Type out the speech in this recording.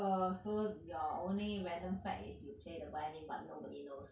err so your only random fact is you play the violin but nobody knows